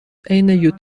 عین